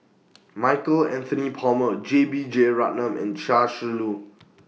Michael Anthony Palmer J B Jeyaretnam and Chia Shi Lu